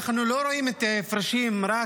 אנחנו לא רואים את ההפרשים רק